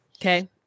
Okay